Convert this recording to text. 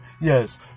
Yes